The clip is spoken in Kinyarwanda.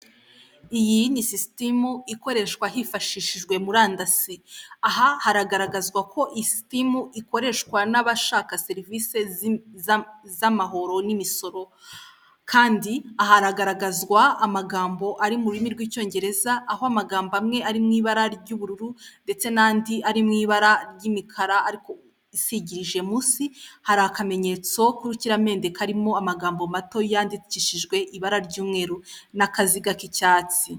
Iyi ni sisitemu ikoreshwa hifashishijwe murandasi aha haragaragazwa ko iyi sisitemu ikoreshwa n'abashaka serivisi z'amahoro n'imisoro kandi hagaragazwa amagambo ari mu rurimi rw'icyongereza aho amagambo amwe ari mu ibara ry'ubururu ndetse n'andi ari mu ibara ry'imikara ariko isigirije munsi hari akamenyetso k'urukiramende karimo amagambo mato yandikishijwe ibara ry'umweru n'akaziga k'icyatsi.